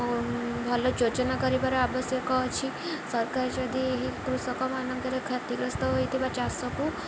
ଭଲ ଯୋଜନା କରିବାର ଆବଶ୍ୟକ ଅଛି ସରକାର ଯଦି ଏହି କୃଷକମାନଙ୍କରେ କ୍ଷତିଗ୍ରସ୍ତ ହୋଇଥିବା ଚାଷକୁ